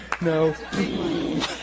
No